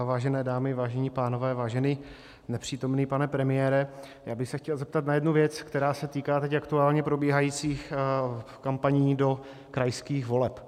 Vážené dámy, vážení pánové, vážený nepřítomný pane premiére, já bych se chtěl zeptat na jednu věc, která se týká teď aktuálně probíhajících kampaní do krajských voleb.